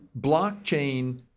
Blockchain